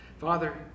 Father